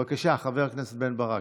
בבקשה, חבר הכנסת בן ברק.